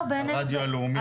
לא בעיננו,